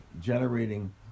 generating